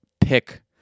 pick